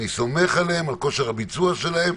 אני סומך על כושר הביצוע שלהם,